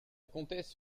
comtesse